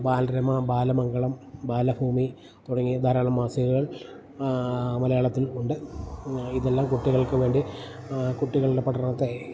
ബാലരമ ബാലമംഗളം ബാലഭൂമി തുടങ്ങി ധാരാളം മാസികകൾ മലയാളത്തിൽ ഉണ്ട് ഇതെല്ലാം കുട്ടികൾക്ക് വേണ്ടി കുട്ടികളുടെ പഠനത്തെ